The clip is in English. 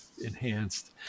enhanced